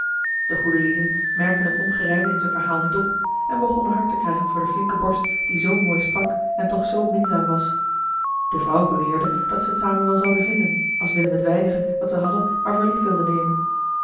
de goede lieden merkten het ongerijmde in zijn verhaal niet op en begonnen hart te krijgen voor den flinken borst die zoo mooi sprak en toch zoo minzaam was de vrouw beweerde dat ze het samen wel zouden vinden als willem het weinige dat ze hadden maar voor lief wilde nemen